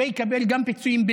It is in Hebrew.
ובנוסף יקבל גם פיצויים.